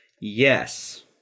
Yes